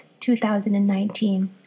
2019